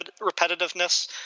repetitiveness